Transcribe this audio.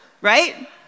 Right